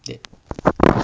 that